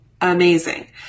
amazing